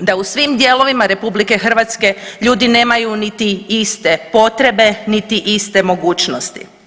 da u svim dijelovima RH ljudi nemaju niti iste potrebe niti iste mogućnosti.